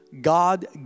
God